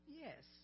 yes